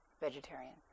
vegetarian